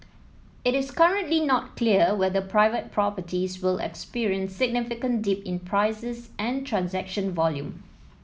it is currently not clear whether private properties will experience significant dip in prices and transaction volume